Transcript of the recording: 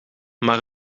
maar